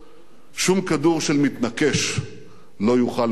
שום כדור של מתנקש לא יוכל לנפץ.